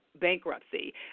bankruptcy